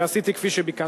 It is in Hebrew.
ועשיתי כפי שביקשת.